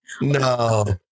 No